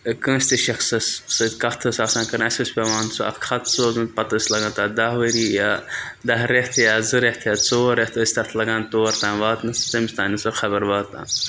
کٲنٛسہِ تہِ شَخصَس سۭتۍ کَتھ ٲس آسان کَرٕنۍ اَسہِ اوس پیٚوان سُہ اَکھ خط سوزُن پَتہٕ ٲسۍ لگان تَتھ دَہ ؤری یا دَہ رٮ۪تھ یا زٕ رٮ۪تھ یا ژور رٮ۪تھ ٲسۍ تَتھ لَگان تور تانۍ واتنَس تٔمِس تانۍ سُہ خبر واتان